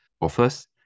offers